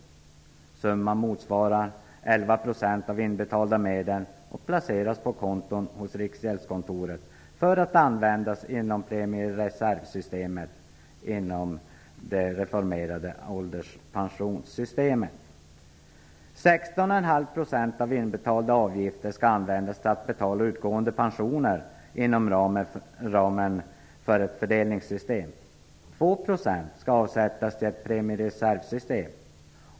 Summan motsvarar 11 % av inbetalda medel och placeras på konton hos Riksgäldskontoret för att användas inom premiereservsystemet inom det reformerade ålderspensionssystemet. 16,5 % av inbetalda avgifter skall användas till att betala utgående pensioner inom ramen för ett fördelningssystem. 2 % skall avsättas till ett premiereservsystem.